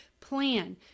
plan